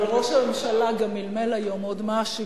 אבל ראש הממשלה גם מלמל היום עוד משהו,